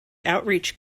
outreach